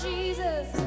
Jesus